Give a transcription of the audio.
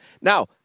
Now